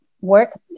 work